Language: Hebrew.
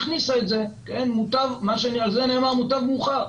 על זה נאמר, מוטב מאוחר.